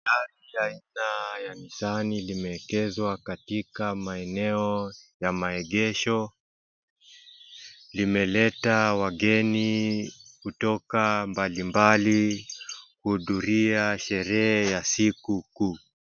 Gari aina ya Nissan limeegeshwa katika maeneo la maegesho, limeleta wageni kutoka mbalimbali kuhudhuria sherehe ya siku kuu.